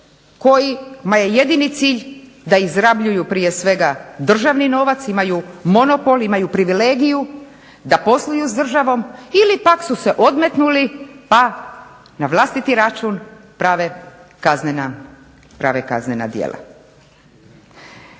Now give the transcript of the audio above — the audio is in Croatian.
kojima je jedini cilj da izrabljuju prije svega državni novac, imaju monopol, imaju privilegiju da posluju s državom ili pak su se odmetnuli pa na vlastiti račun prave kaznena djela.